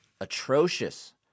atrocious